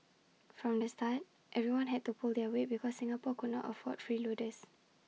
from the start everyone had to pull their weight because Singapore could not afford freeloaders